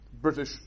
British